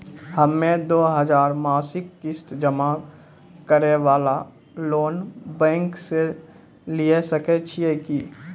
हम्मय दो हजार मासिक किस्त जमा करे वाला लोन बैंक से लिये सकय छियै की?